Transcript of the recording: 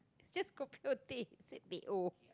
just kopi or teh you said teh-O